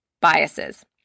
biases